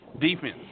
defense